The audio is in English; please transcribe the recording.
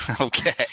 Okay